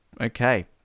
okay